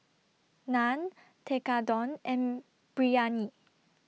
Naan Tekkadon and Biryani